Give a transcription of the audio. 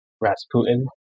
Rasputin